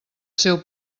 seu